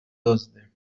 دزده